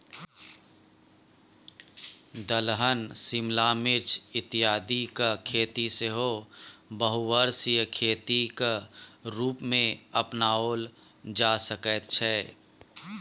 दलहन शिमला मिर्च इत्यादिक खेती सेहो बहुवर्षीय खेतीक रूपमे अपनाओल जा सकैत छै